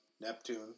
Neptune